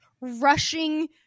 rushing